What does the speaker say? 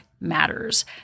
matters